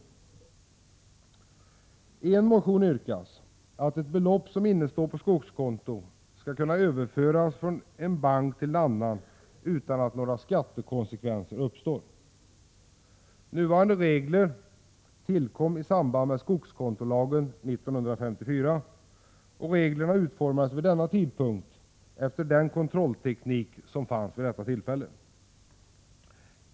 I en motion yrkas att ett belopp som innestår på skogskonto skall kunna överföras från en bank till en annan utan att några skattekonsekvenser uppstår. Nuvarande regler tillkom i samband med skogskontolagen 1954 och utformades efter den kontrollteknik som fanns vid detta tillfälle.